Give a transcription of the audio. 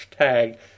hashtag